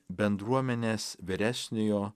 bendruomenės vyresniojo